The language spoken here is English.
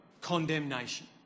condemnation